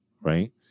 right